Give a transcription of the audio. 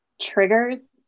triggers